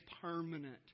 permanent